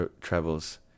travels